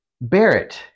Barrett